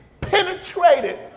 penetrated